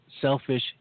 Selfish